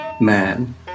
man